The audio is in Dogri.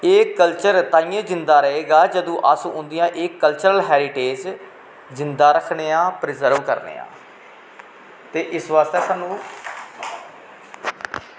एह् कल्चर ताईंयैं जिंदा रहे गा अगर अस उंदियां एह् कल्चरल हैरिटेज़ जिन्दा रक्खनें आं परजर्व करनें आं ते इस बास्तै साह्नू